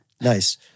Nice